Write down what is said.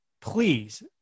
please